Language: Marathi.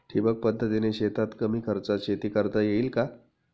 ठिबक पद्धतीने शेतात कमी खर्चात शेती करता येईल का?